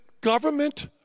government